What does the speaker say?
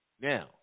Now